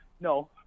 no